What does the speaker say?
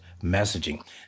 messaging